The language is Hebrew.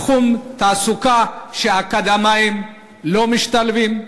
בתחום התעסוקה, שאקדמאים לא משתלבים,